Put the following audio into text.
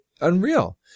unreal